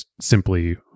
simply